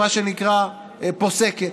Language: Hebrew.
מה שנקרא, פוסקת.